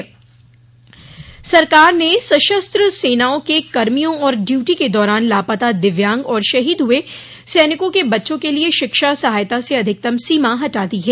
अधिकतम सीमा सरकार ने सशस्त्र सेनाओं के कर्मियों और ड्यूटी के दौरान लापता दिव्यांग और शहीद हुए सैनिकों के बच्चों के लिए शिक्षा सहायता से अधिकतम सीमा हटा दी है